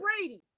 Brady